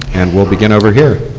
and will begin over here.